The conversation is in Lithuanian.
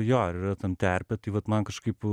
jo ir yra tam terpė tai vat man kažkaip